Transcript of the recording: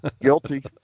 Guilty